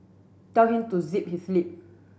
tell him to zip his lip